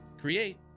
Create